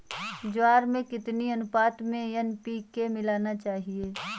ज्वार में कितनी अनुपात में एन.पी.के मिलाना चाहिए?